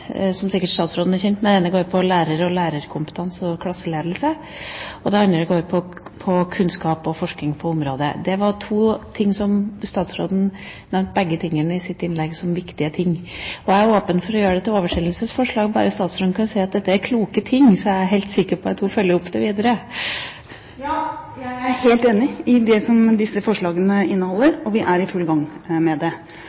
som sikkert statsråden er kjent med, lærere og lærerkompetanse og klasseledelse, og det andre går på kunnskap og forskning på området. Dette var to ting som også statsråden i sitt innlegg nevnte som viktige. Jeg er åpen for å gjøre forslagene om til oversendelsesforslag hvis bare statsråden kan si at dette er kloke ting, så jeg kan være helt sikker på at hun følger dette opp videre. Ja, jeg er helt enig i det som disse forslagene